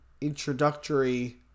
introductory